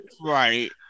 Right